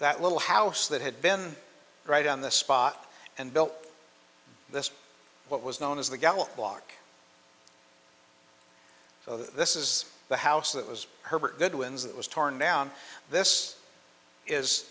that little house that had been right on the spot and built this what was known as the gala block so this is the house that was herbert goodwin's that was torn down this is